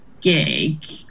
gig